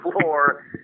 floor